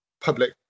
public